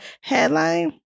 headline